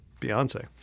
Beyonce